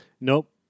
Nope